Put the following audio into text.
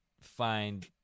find